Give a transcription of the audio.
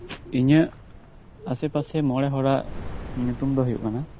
ᱤᱧᱟᱜ ᱟᱥᱮᱯᱟᱥᱮ ᱢᱚᱬᱮ ᱦᱚᱲᱟᱜ ᱧᱩᱛᱩᱢ ᱫᱚ ᱦᱳᱭᱳᱜ ᱠᱟᱱᱟ